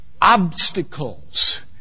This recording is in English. obstacles